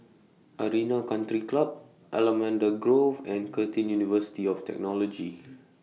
Arena Country Club Allamanda Grove and Curtin University of Technology